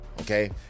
okay